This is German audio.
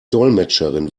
dolmetscherin